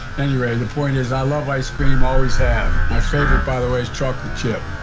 anyway, the point is i love ice cream, always have. my favorite, by the way, is chocolate chip.